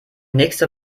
nächste